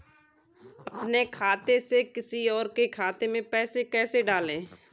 अपने खाते से किसी और के खाते में पैसे कैसे डालें?